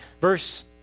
Verse